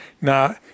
Now